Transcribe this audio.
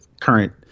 current